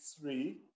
three